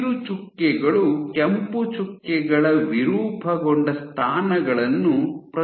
ಹಸಿರು ಚುಕ್ಕೆಗಳು ಕೆಂಪು ಚುಕ್ಕೆಗಳ ವಿರೂಪಗೊಂಡ ಸ್ಥಾನಗಳನ್ನು ಪ್ರತಿನಿಧಿಸುತ್ತವೆ